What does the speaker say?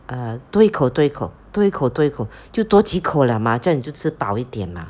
err 多一口多一口多一口多一口就多几口 lah mah 这样你就吃饱一点